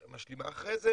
ומשלימה אחרי זה